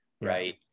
right